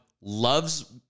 loves